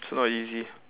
it's not easy